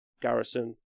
garrison